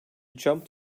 jump